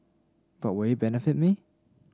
but will benefit me